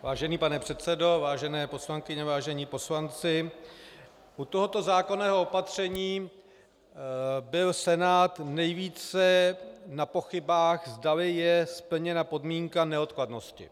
Vážený pane předsedo, vážené poslankyně, vážení poslanci, u tohoto zákonného opatření byl Senát nejvíce na pochybách, zdali je splněna podmínka neodkladnosti.